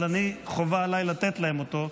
אבל חובה עליי לתת להם אותו.